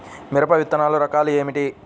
మిరప విత్తనాల రకాలు ఏమిటి?